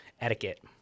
etiquette